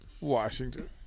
Washington